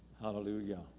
Hallelujah